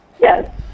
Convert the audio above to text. Yes